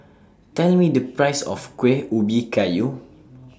Tell Me The Price of Kuih Ubi Kayu